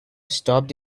stopped